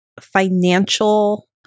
financial